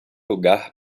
lugar